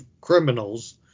criminals